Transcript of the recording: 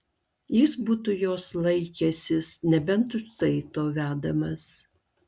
jis būtų jos laikęsis nebent už saito vedamas